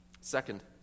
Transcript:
Second